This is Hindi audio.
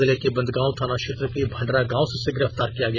जिले के बंदगांव थाना क्षेत्र के भंडरा गांव से उसे गिरफ्तार किया गया